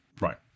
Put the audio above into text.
right